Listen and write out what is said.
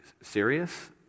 serious